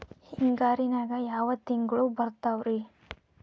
ಹಿಂಗಾರಿನ್ಯಾಗ ಯಾವ ತಿಂಗ್ಳು ಬರ್ತಾವ ರಿ?